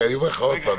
אני אומר לך עוד פעם,